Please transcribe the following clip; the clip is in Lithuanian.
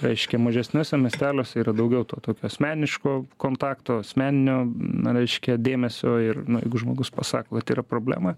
reiškia mažesniuose miesteliuose yra daugiau to tokio asmeniško kontakto asmeninio na reiškia dėmesio ir nu jeigu žmogus pasako kad yra problema